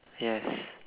yes